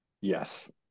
Yes